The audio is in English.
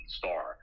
star